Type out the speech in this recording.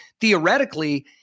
theoretically